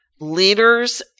leaders